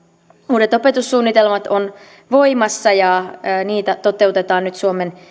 uudet opetussuunnitelmat ovat voimassa ja niitä toteutetaan nyt suomen